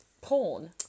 porn